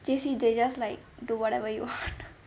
J_C they just like do whatever you want